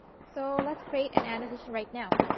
so. let's create an annotation right now.